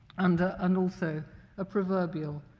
and and also a proverbial